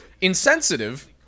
Insensitive